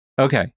Okay